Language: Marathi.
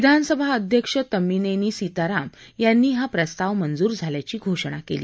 विधानसभा अध्यक्ष तम्मीनेनी सीताराम यांनी हा प्रस्ताव मंजूर झाल्याची घोषणा केली